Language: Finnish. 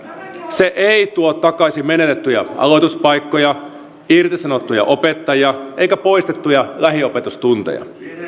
se ei tuo takaisin menetettyjä aloituspaikkoja irtisanottuja opettajia eikä poistettuja lähiopetustunteja